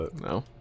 no